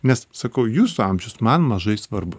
nes sakau jūsų amžius man mažai svarbu